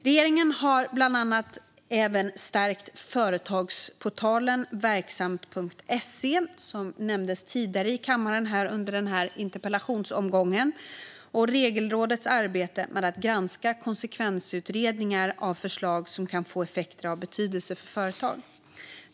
Regeringen har bland annat även stärkt företagsportalen Verksamt.se, som nämndes tidigare i kammaren under denna interpellationsomgång, och Regelrådets arbete med att granska konsekvensutredningar av förslag som kan få effekter av betydelse för företag.